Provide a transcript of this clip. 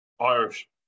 Irish